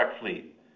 fleet